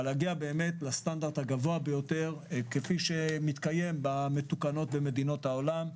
אבל להגיע לסטנדרט הגבוה ביותר כפי שמתקיים במדינות המתוקנות בעולם.